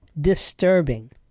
disturbing